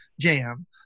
jam